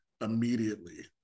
immediately